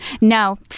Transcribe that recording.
No